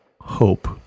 hope